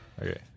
Okay